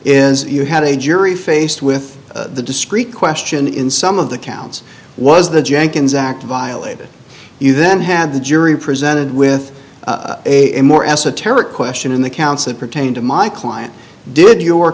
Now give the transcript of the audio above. is you had a jury faced with the discrete question in some of the counts was the jenkins act violated you then have the jury presented with a more esoteric question in the counsel pertaining to my client did your